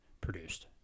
produced